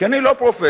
כי אני לא פרופסור,